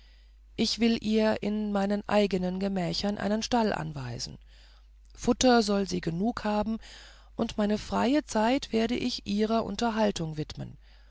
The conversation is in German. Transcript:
ich will ihr in meinen eigenen gemächern einen stall anweisen futter soll sie genug haben und meine freie zeit werde ich ihrer unterhaltung widmen